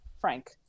Frank